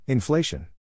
Inflation